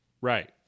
right